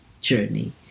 journey